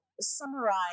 summarize